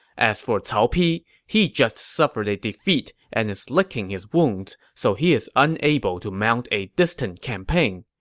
as for cao pi, he just suffered a defeat and is licking his wounds, so he is unable to mount a distant campaign.